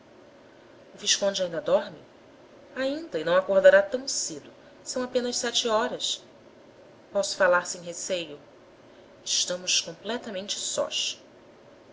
visconde ainda dorme ainda e não acordará tão cedo são apenas sete horas posso falar sem receio estamos completamente sós